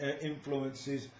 influences